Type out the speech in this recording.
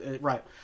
Right